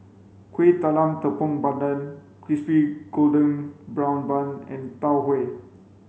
kueh talam tepong pandan crispy golden brown bun and tau huay